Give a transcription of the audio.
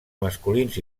masculins